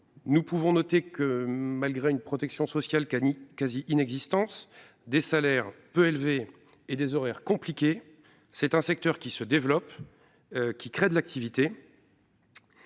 nous pouvons noter que malgré une protection sociale quasi inexistante, des salaires peu élevés et des horaires compliqués, le secteur se développe et crée de l'activité.